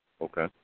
Okay